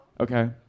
Okay